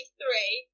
three